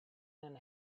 and